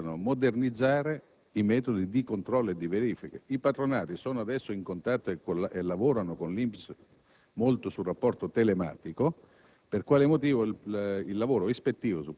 Non si capisce per quale motivo non si possano modernizzare i metodi di controllo e di verifica. I patronati adesso sono in contatto e lavorano molto con l'INPS per via telematica,